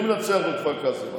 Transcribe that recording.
מי מנצח בכפר קאסם?